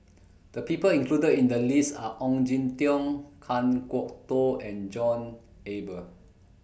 The People included in The list Are Ong Jin Teong Kan Kwok Toh and John Eber